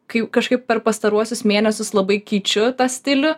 kai kažkaip per pastaruosius mėnesius labai keičiu tą stilių